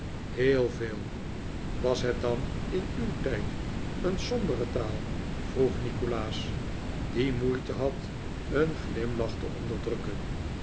heel veel was het dan in uw tijd een sombere taal vroeg nikolaas die moeite had een glimlach te onderdrukken